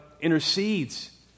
intercedes